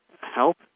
help